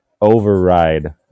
override